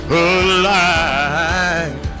alive